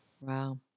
Wow